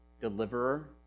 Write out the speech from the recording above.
deliverer